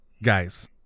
Guys